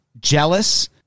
jealous